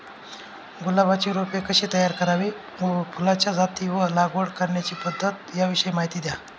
गुलाबाची रोपे कशी तयार करावी? फुलाच्या जाती व लागवड करण्याची पद्धत याविषयी माहिती द्या